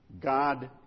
God